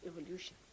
evolution